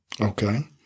Okay